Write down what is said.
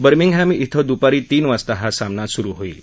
Birmingham शें दुपारी तीन वाजता हा सामना सुरु होईल